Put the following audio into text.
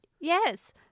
Yes